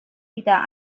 wieder